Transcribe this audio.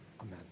amen